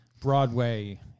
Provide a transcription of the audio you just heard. Broadway